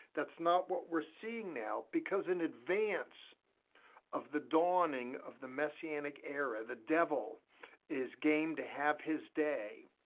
that's not what we're seeing now because in advance of the dawning of the messianic era, the devil is game to have his day,